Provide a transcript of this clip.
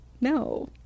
no